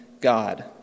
God